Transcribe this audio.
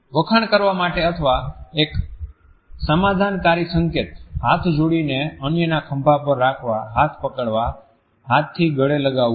વખાણ કરવા માટે અથવા એક સમાધાનકારી સંકેત હાથ જોડીને અન્યના ખભા પર રાખવા હાથ પકડવા હાથથી ગળે લગાવવું